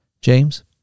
James